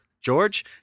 George